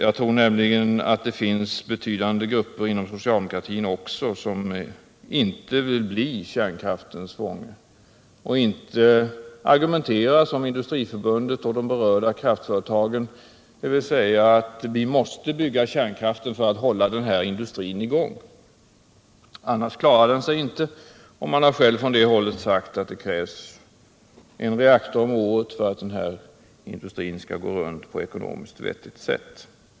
Jag tror nämligen att också inom socialdemokratin finns betydande grupper som inte vill bli kärnkraftens fånge och inte argumenterar som Industriförbundet och de berörda kraftföretagen, dvs. att vi måste bygga ut kärnkraften för att hålla den här industrin i gång. Man har från det hållet sagt att det krävs en reaktor om året för att den här industrin skall fungera på ett ekonomiskt vettigt sätt.